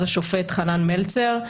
אז השופט חנן מלצר,